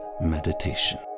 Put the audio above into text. meditation